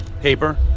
Paper